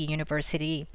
University